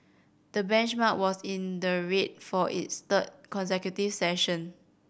the benchmark was in the red for its third consecutive session